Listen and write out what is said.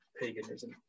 paganism